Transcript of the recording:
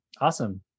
Awesome